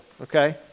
okay